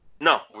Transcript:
No